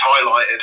highlighted